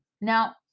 Now